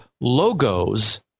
logos